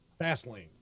Fastlane